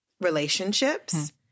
relationships